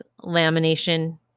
lamination